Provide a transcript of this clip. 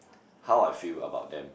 how I feel about them